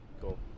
Cool